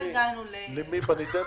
לא הגענו --- למי פניתם?